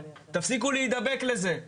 תפסיקו להידבק לזה.